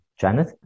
Janet